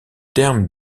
terme